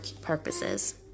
purposes